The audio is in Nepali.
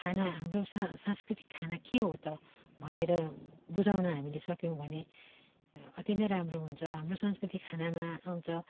खाना हाम्रो सा सांस्कृतिक खाना के हो त भनेर बुझाउन हामीले सक्यौँ भने अति नै राम्रो हुन्छ हाम्रो सांस्कृतिक खानामा आउँछ